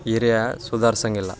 area ಸುಧಾರ್ಸೋಂಗಿಲ್ಲ